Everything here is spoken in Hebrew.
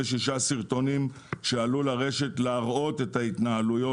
סרטונים שעלו לרשת להראות את ההתנהלויות,